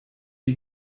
die